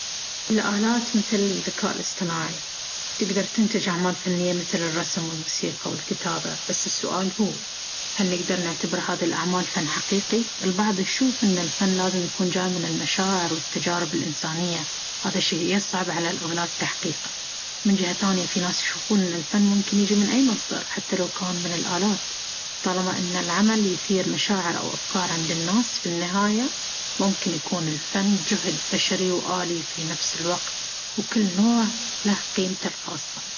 الآلات، مثل الذكاء الاصطناعي، تقدر تنتج أعمال فنية مثل الرسم، الموسيقى، والكتابة. بس السؤال هو: هل نقدر نعتبر هذي الأعمال فن حقيقي؟ البعض يشوف إن الفن لازم يكون جاي من المشاعر والتجارب الإنسانية، وهذا شيء يصعب على الآلات تحقيقه. من جهة ثانية، في ناس يشوفون إن الفن ممكن يجي من أي مصدر، حتى لو كان من الآلات، طالما إن العمل يثير مشاعر أو أفكار عند الناس. في النهاية، ممكن يكون الفن جهد بشري وآلي في نفس الوقت، وكل نوع له قيمته الخاصة.